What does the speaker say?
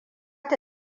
ta